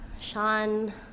Sean